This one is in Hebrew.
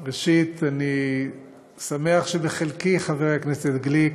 ראשית, אני שמח שבחלקי, חבר הכנסת גליק,